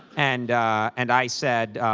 and and i said,